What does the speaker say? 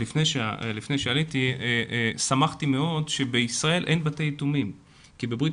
לפני שעליתי שמחתי מאוד שבישראל אין בתי יתומים כי בברית